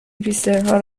هیپسترها